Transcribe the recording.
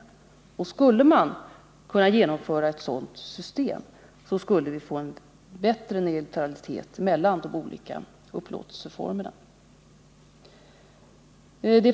Om ett sådant system skulle kunna genomföras skulle vi få bättre neutralitet mellan de olika upplåtelseformerna.